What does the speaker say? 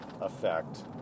effect